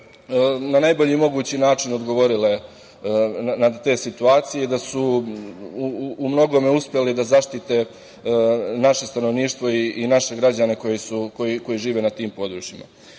na najbolji mogući način odgovorile na te situacija i da su u mnogome uspeli da zaštite naše stanovništvo i naše građane koji žive na tim područjima.S